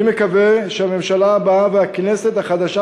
אני מקווה שהממשלה הבאה והכנסת החדשה